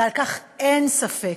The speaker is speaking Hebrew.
ועל כך אין ספק,